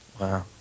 Wow